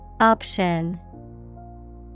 Option